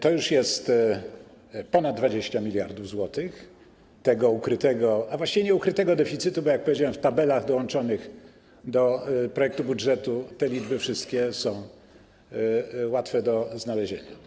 To już jest ponad 20 mld zł tego ukrytego, a właściwie nieukrytego deficytu, bo jak powiedziałem, w tabelach dołączonych do projektu budżetu te wszystkie liczby są łatwe do znalezienia.